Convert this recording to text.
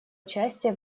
участие